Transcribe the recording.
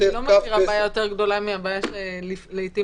אני לא מכירה בעיה יותר גדולה מהבעיה שלעתים